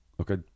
okay